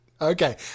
Okay